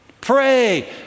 Pray